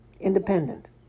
independent